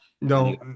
No